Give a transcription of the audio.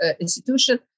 institution